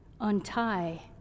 untie